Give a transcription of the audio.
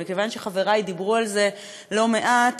אבל מכיוון שחברי דיברו על זה לא מעט,